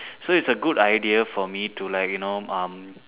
so it's a good idea for me to like you know um